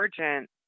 urgent